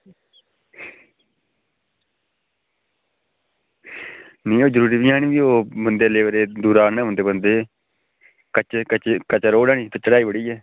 इ'यां जुड़ी दियां न ओह् बंदे लेबर दे दूरा आह्नने पौंदे बंदे कच्चे कच्चे कच्चा रोड़ ऐ नी ते चढ़ाई बड़ी ऐ